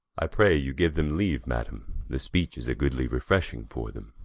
i pray you, give them leave, madam this speech is a goodly refreshing for them.